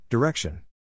Direction